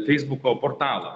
feisbuko portalą